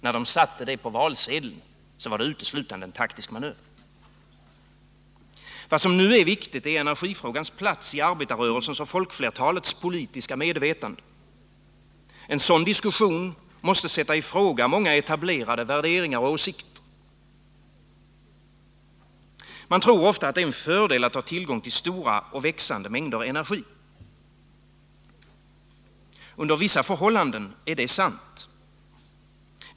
När de satte det förslaget på valsedeln var det uteslutande en taktisk manöver. Det som nu är viktigt är energifrågans plats i arbetarrörelsens och folkflertalets politiska medvetande. En sådan diskussion måste sätta i fråga många etablerade värderingar och åsikter. Det är lätt att tro att det är en fördel att ha tillgång till stora och växande mängder energi. Under vissa förhållanden är det sant.